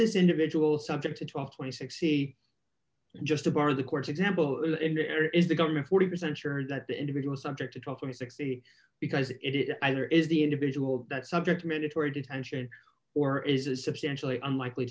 this individual subject to trial twenty six e just a part of the court's example in there is the government forty percent sure that the individual subject to draw from sixty because it is either is the individual that subject mandatory detention or is a substantially unlikely